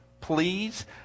please